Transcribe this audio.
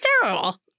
terrible